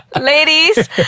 ladies